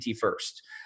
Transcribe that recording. first